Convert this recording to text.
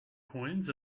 coins